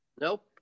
nope